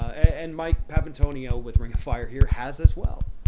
and mike papantonio with ring of fire here has as well,